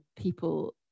people